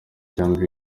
cyangwa